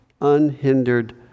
unhindered